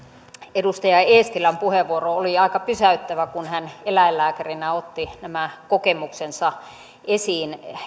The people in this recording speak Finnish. edustaja eestilän puheenvuoro oli aika pysäyttävä kun hän eläinlääkärinä otti nämä kokemuksensa esiin